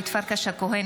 אורית פרקש הכהן,